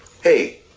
Hey